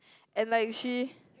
and like she